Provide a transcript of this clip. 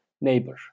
neighbor